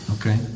Okay